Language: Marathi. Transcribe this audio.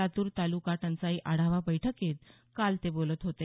लातूर तालुका टंचाई आढावा बैठकीत काल ते बोलत होते